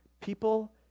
people